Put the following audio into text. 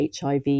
HIV